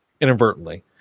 inadvertently